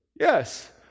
Yes